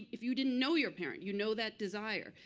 if you didn't know your parent, you know that desire.